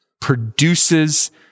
produces